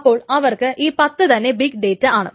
അപ്പോൾ അവർക്ക് ഈ 10 തന്നെ ബിഗ് ഡേറ്റ ആണ്